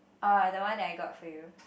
orh the one that I got for you